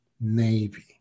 Navy